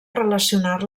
relacionar